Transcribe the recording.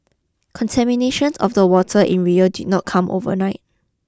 contamination of the water in Rio did not come overnight